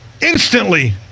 instantly